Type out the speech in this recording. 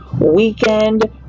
Weekend